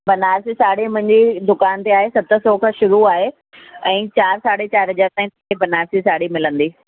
बनारसी साड़ी मुंहिंजी दुकान ते आहे सत सौ खां शुरू आहे ऐं चार साढे चार हज़ार ताईं बनारसी साड़ी मिलंदी